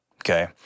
Okay